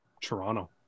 Toronto